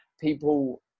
people